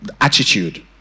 attitude